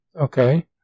Okay